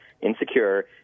insecure